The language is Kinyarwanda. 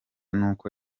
n’uko